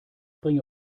bringe